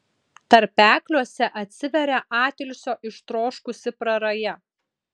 tarpekliuose atsiveria atilsio ištroškusi praraja